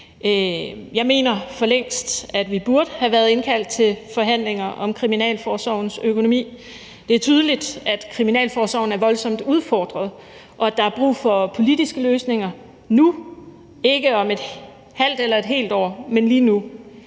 Jeg mener, at vi forlængst burde have været indkaldt til forhandlinger om Kriminalforsorgens økonomi, for det er tydeligt, at Kriminalforsorgen er voldsomt udfordret, og at der er brug for politiske løsninger nu og ikke om et halvt eller om et helt år, men lige nu.